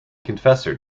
confessor